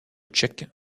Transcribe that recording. tchèque